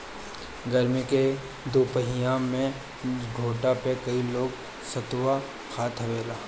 गरमी के दुपहरिया में घोठा पे कई लोग सतुआ खाए आवेला